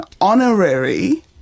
honorary